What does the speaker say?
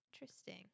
Interesting